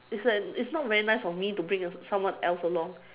it's like it's not very nice for me to bring someone else along